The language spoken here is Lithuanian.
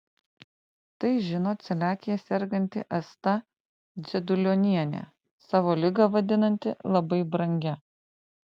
tai žino celiakija serganti asta dzedulionienė savo ligą vadinanti labai brangia